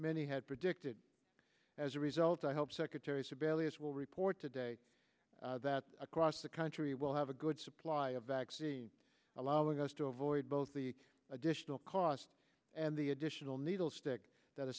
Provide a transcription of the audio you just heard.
many had predicted as a result i hope secretary sebelius will report today that across the country will have a good supply of vaccine allowing us to avoid both the additional costs and the additional needle stick that a